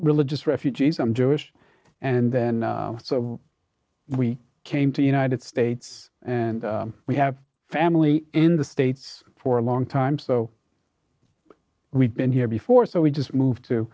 religious refugees some jewish and then we came to united states and we have family in the states for a long time so we've been here before so we just moved to